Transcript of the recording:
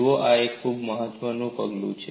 જુઓ આ એક ખૂબ જ મહત્વપૂર્ણ પગલું છે